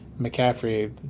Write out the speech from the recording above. McCaffrey